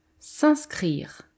S'inscrire